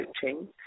coaching